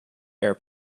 air